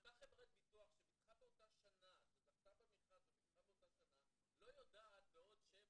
אותה חברת ביטוח שזכתה במכרז וביטחה באותה שנה לא יודעת בעוד שבע,